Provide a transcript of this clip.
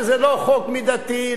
שזה לא חוק מידתי,